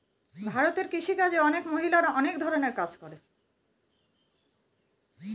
ভারতে কৃষি কাজে অনেক মহিলারা অনেক ধরনের কাজ করে